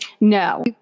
No